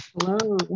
Hello